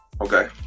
Okay